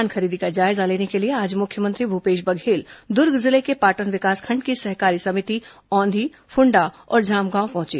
धान खरीदी का जायजा लेने के लिए आज मुख्यमंत्री भूपेश बघेल दुर्ग जिले के पाटन विकासखंड की सहकारी समिति औंधी फुण्डा और जामगांव पहुंचे